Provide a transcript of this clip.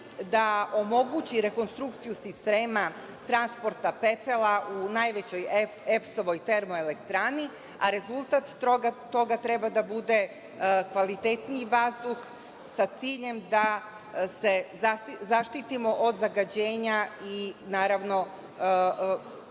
da omogući rekonstrukciju sistema transporta pepela u najvećoj EPS-ovoj termoelektrani, a rezultat toga treba da bude kvalitetniji vazduh, sa ciljem da se zaštitimo od zagađenja i naravno